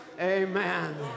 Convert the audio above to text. Amen